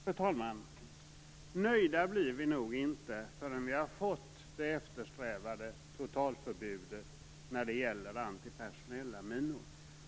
Fru talman! Nöjda blir vi nog inte förrän vi har fått det eftersträvade totalförbudet mot antipersonella minor.